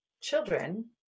children